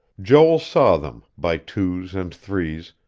joel saw them, by twos and threes,